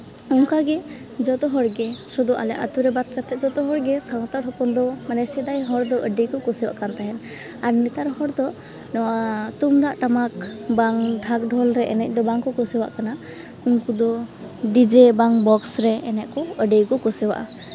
ᱚᱱᱠᱟᱜᱮ ᱡᱚᱛᱚ ᱦᱚᱲᱜᱮ ᱥᱩᱫᱷᱩ ᱟᱞᱮ ᱟᱹᱛᱩ ᱨᱮ ᱵᱟᱫ ᱠᱟᱛᱮᱫ ᱡᱚᱛᱚ ᱦᱚᱲᱜᱮ ᱥᱟᱱᱛᱟᱲ ᱦᱚᱯᱚᱱ ᱫᱚ ᱢᱟᱱᱮ ᱥᱮᱫᱟᱭ ᱦᱚᱲ ᱫᱚ ᱟᱹᱰᱤ ᱠᱚ ᱠᱩᱥᱤᱭᱟᱜ ᱠᱟᱱ ᱛᱟᱦᱮᱱ ᱟᱨ ᱱᱮᱛᱟᱨ ᱦᱚᱲ ᱫᱚ ᱱᱚᱣᱟ ᱛᱩᱢᱫᱟᱜ ᱴᱟᱢᱟᱠ ᱵᱟᱝ ᱰᱷᱟᱠ ᱰᱷᱳᱞ ᱨᱮ ᱮᱱᱮᱡ ᱫᱚ ᱵᱟᱝ ᱠᱚ ᱠᱩᱥᱤᱭᱟᱜ ᱠᱟᱱᱟ ᱩᱱᱠᱩ ᱫᱚ ᱰᱤᱡᱮ ᱵᱟᱝ ᱵᱚᱠᱥ ᱨᱮ ᱮᱱᱮᱡ ᱠᱚ ᱟᱹᱰᱤ ᱜᱮᱠᱚ ᱠᱩᱥᱤᱭᱟᱜᱼᱟ